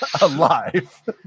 alive